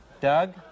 Doug